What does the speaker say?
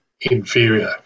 inferior